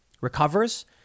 recovers